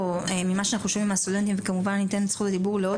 ממה שאנחנו שומעים מן הסטודנטים וכמובן ניתן רשות דיבור לעוד